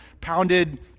pounded